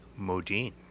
Modine